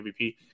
mvp